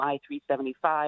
I-375